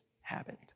habit